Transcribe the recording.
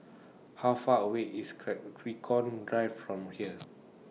How Far away IS Drive from here